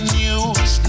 news